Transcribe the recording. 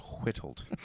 whittled